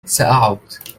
سأعود